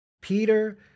Peter